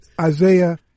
Isaiah